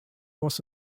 was